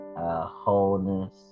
wholeness